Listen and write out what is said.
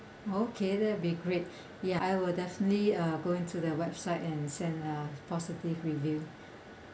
okay that will be great ya I will definitely uh go into the website and send a positive review